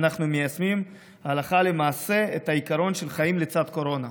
אנחנו מיישמים הלכה למעשה את העיקרון של חיים לצד הקורונה.